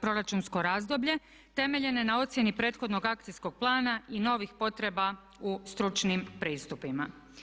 proračunsko razdoblje temeljene na ocjeni prethodnog akcijskog plana i novih potreba u stručnim pristupima.